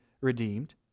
redeemed